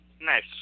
Nice